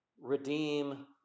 redeem